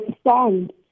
stand